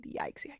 Yikes